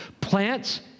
Plants